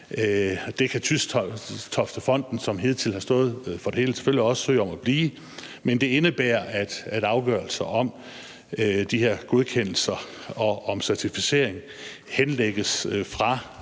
Det kan TystofteFonden, som hidtil har stået for det hele, selvfølgelig også søge om at blive, men det indebærer, at afgørelser om de her godkendelser og certificeringer henlægges fra